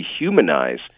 dehumanize